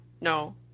no